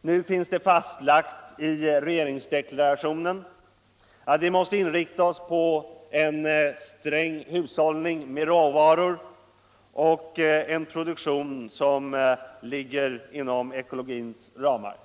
Nu finns det fastlagt i regeringsdeklarationen att vi måste inrikta oss på en sträng hushållning med råvaror och en produktion som ligger inom ekologins ramar.